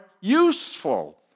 useful